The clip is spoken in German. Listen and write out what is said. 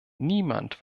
niemand